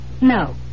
No